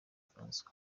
francois